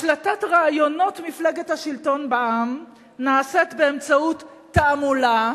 השלטת רעיונות מפלגת השלטון בעם נעשית באמצעות תעמולה,